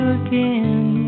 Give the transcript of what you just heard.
again